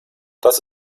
das